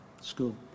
School